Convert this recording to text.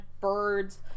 Bird's